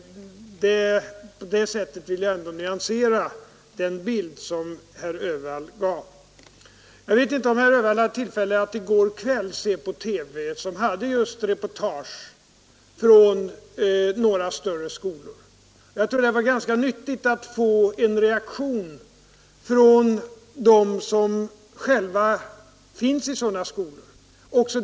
På det sättet vill jag ändå nyansera den bild som herr Öhvall gav. Jag vet inte om herr Öhvall hade tillfälle att i går kväll se på TV, där det förekom ett reportage från några större skolor. Det var ganska nyttigt att få en reaktion från dem som själva finns i sådana skolor.